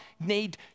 need